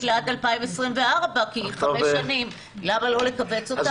עד 2024 כי היא לחמש שנים ואז למה לא לכווץ אותה?